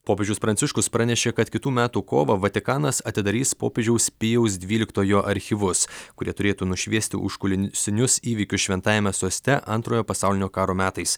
popiežius pranciškus pranešė kad kitų metų kovą vatikanas atidarys popiežiaus pijaus dvyliktojo archyvus kurie turėtų nušviesti užkulisinius įvykius šventajame soste antrojo pasaulinio karo metais